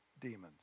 demons